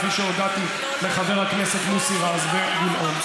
כפי שהודעתי לחברי הכנסת מוסי רז וגילאון.